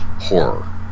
horror